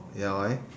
ya why